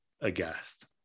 aghast